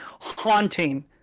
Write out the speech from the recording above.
Haunting